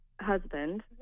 husband